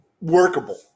workable